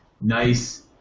nice